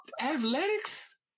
Athletics